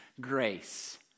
grace